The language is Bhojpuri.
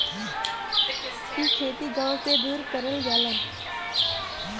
इ खेती गाव से दूर करल जाला